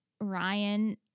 Ryan